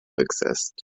exist